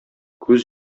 күз